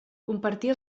compartir